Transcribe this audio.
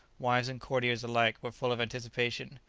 wives and courtiers alike were full of anticipation.